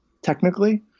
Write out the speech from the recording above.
technically